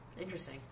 Interesting